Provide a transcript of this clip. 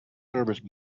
service